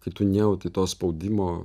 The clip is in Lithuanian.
kai tu nejauti to spaudimo